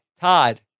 Todd